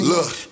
Look